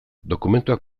dokumentuak